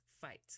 fight